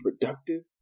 productive